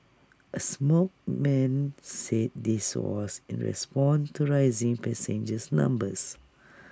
A smoke man said this was in respond to rising passengers numbers